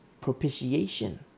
Propitiation